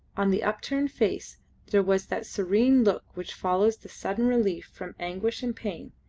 on the upturned face there was that serene look which follows the sudden relief from anguish and pain,